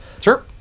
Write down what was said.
sure